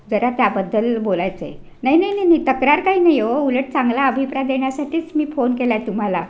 जरा त्याबद्दल बोलायचं आहे नाही नाही नाही नाही तक्रार काही नाही हो उलट चांगला अभिप्राय देण्यासाठीच मी फोन केला आहे तुम्हाला